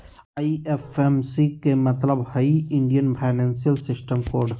IFSC के मतलब हइ इंडियन फाइनेंशियल सिस्टम कोड